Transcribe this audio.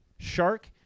shark